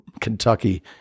Kentucky